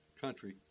country